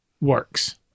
works